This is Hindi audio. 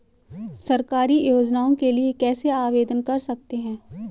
सरकारी योजनाओं के लिए कैसे आवेदन कर सकते हैं?